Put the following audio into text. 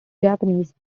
japanese